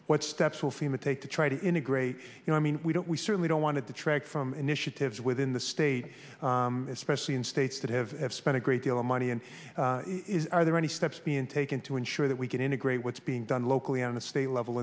what steps will fema take to try to integrate you know i mean we don't we certainly don't want to detract from initiatives within the state especially in states that have spent a great deal of money and are there any steps being taken to ensure that we can integrate what's being done locally on the state level